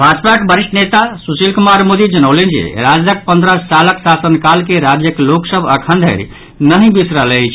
भाजपाक वरिष्ठ नेता सुशील कुमार मोदी जनौलनि जे राजदक पन्द्रह सालक शासनकाल के राज्यक लोक सभ अखन धरि नहि बिसरल अछि